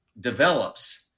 develops